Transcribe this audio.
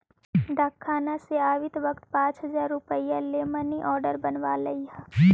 डाकखाना से आवित वक्त पाँच हजार रुपया ले मनी आर्डर बनवा लइहें